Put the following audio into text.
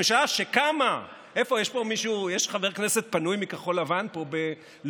הממשלה שקמה, יש חבר כנסת פנוי מכחול לבן להובלה?